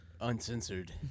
uncensored